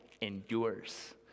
endures